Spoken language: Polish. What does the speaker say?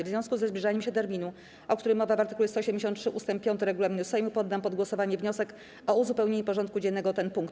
W związku ze zbliżaniem się terminu, o którym mowa w art. 173 ust. 5 regulaminu Sejmu, poddam pod głosowanie wniosek o uzupełnienie porządku dziennego o ten punkt.